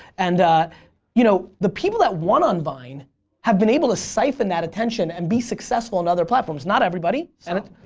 and you know the people that won on vine have been able to siphon that attention and be successful on other platforms. not everybody. and some.